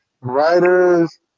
writers